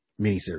miniseries